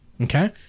Okay